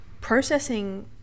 Processing